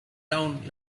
down